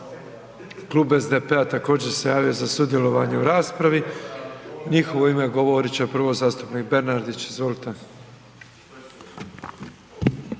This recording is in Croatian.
Klub SDP-a također se javio za sudjelovanje u raspravi. U njihovo ime govorit će prvo zastupnik Bernardić, izvolite.